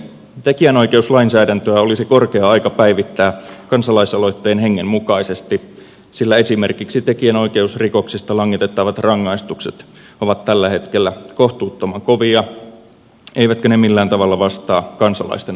tekijänoikeuslainsäädäntöä olisi korkea aika päivittää kansalaisaloitteen hengen mukaisesti sillä esimerkiksi tekijänoikeusrikoksista langetettavat rangaistukset ovat tällä hetkellä kohtuuttoman kovia eivätkä ne millään tavalla vastaa kansalaisten oikeustajua